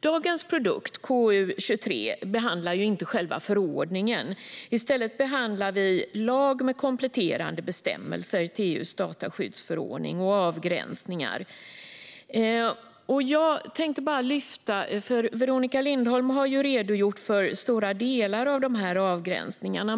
Dagens produkt, KU23, behandlar inte själva förordningen. I stället behandlar vi lag med kompletterande bestämmelser till EU:s dataskyddsförordning och avgränsningar. Veronica Lindholm har redogjort för många av dessa avgränsningar.